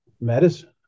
medicine